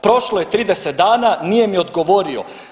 Prošlo je 30 dana, nije mi odgovorio.